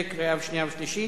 13) קריאה שנייה ושלישית.